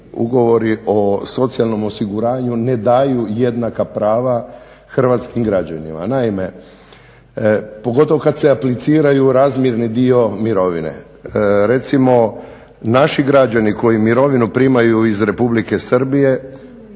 ugovori o socijalnom osiguranju ne daju jednaka prava hrvatskim građanima, pogotovo kada se apliciraju razmjerni dio mirovine. Recimo naši građani koji mirovinu primaju iz Republike Srbije